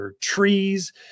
trees